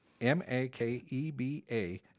M-A-K-E-B-A